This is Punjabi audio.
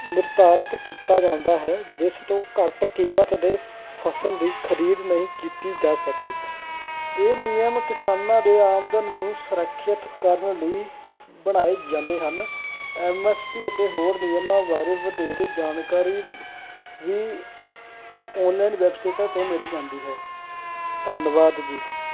ਨਿਰਧਾਰਿਤ ਕੀਤਾ ਜਾਂਦਾ ਹੈ ਜਿਸ ਤੋਂ ਘੱਟ ਕੀਮਤ ਦੇ ਫ਼ਸਲ ਦੀ ਖ਼ਰੀਦ ਨਹੀਂ ਕੀਤੀ ਜਾ ਸਕਦੀ ਇਹ ਨਿਯਮ ਕਿਸਾਨਾਂ ਦੇ ਆਮਦਨ ਨੂੰ ਸੁਰੱਖਿਅਤ ਕਰਨ ਲਈ ਬਣਾਏ ਜਾਂਦੇ ਹਨ ਐੱਮ ਐੱਸ ਪੀ ਅਤੇ ਹੋਰ ਨਿਯਮਾਂ ਬਾਰੇ ਵਧੇਰੇ ਜਾਣਕਾਰੀ ਵੀ ਔਨਲਾਈਨ ਵੈਬਸਾਈਟਾਂ ਤੋਂ ਮਿਲ ਜਾਂਦੀ ਹੈ ਧੰਨਵਾਦ ਜੀ